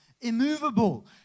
immovable